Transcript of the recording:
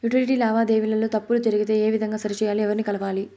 Utility లావాదేవీల లో తప్పులు జరిగితే ఏ విధంగా సరిచెయ్యాలి? ఎవర్ని కలవాలి?